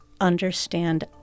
understand